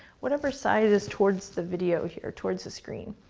whatever side is towards the video, here, towards the screen.